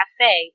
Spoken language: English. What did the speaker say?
Cafe